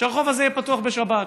הרחוב הזה יהיה פתוח בשבת.